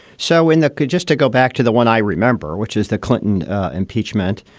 so in the could just to go back to the one i remember, which is the clinton impeachment.